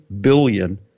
billion